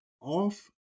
off